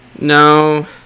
No